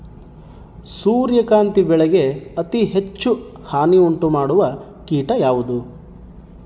ಸೂರ್ಯಕಾಂತಿ ಬೆಳೆಗೆ ಅತೇ ಹೆಚ್ಚು ಹಾನಿ ಉಂಟು ಮಾಡುವ ಕೇಟ ಯಾವುದು?